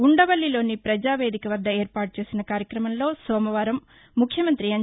ఉండవల్లిలోని ప్రజావేదిక వద్ద ఏర్టాటు చేసిన కార్యక్రమంలో సోమవారం ముఖ్యమంత్రి ఎన్